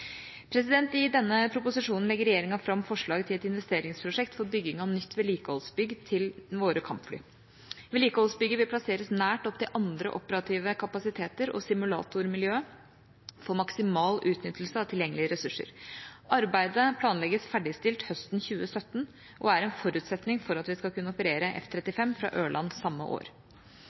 I denne proposisjonen legger regjeringa fram forslag til et investeringsprosjekt for bygging av nytt vedlikeholdsbygg til våre kampfly. Vedlikeholdsbygget vil plasseres nært opptil andre operative kapasiteter og simulatormiljøet for maksimal utnyttelse av tilgjengelige ressurser. Arbeidet planlegges ferdigstilt høsten 2017 og er en forutsetning for at vi skal kunne operere F-35 fra Ørland samme år.